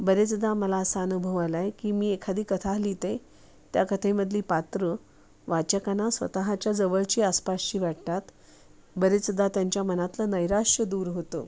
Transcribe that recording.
बरेचदा मला असा अनुभव आला आहे की मी एखादी कथा लिहिते त्या कथेमधली पात्रं वाचकांना स्वतःच्या जवळची आसपासची वाटतात बरेचदा त्यांच्या मनातलं नैराश्य दूर होतं